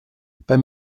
beim